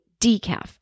decaf